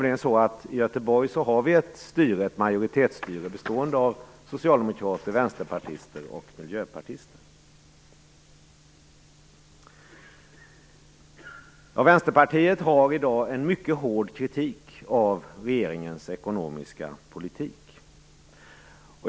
I Göteborg har vi nämligen ett majoritetsstyre bestående av socialdemokrater, vänsterpartister och miljöpartister. Vänsterpartiet har i dag en mycket hård kritik av regeringens ekonomiska politik.